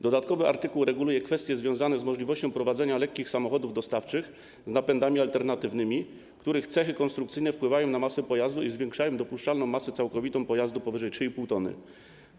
Dodatkowy artykuł reguluje kwestie związane z możliwością prowadzenia lekkich samochodów dostawczych z napędami alternatywnymi, których cechy konstrukcyjne wpływają na masę pojazdu i zwiększają dopuszczalną masę całkowitą pojazdu powyżej 3,5 t.